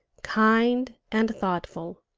kind and thoughtful.